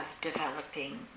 developing